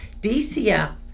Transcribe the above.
DCF